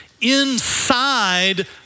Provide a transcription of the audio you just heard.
inside